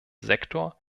sektor